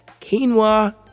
quinoa